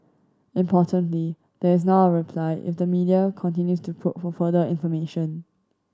importantly there is now a reply if the media continues to probe for further information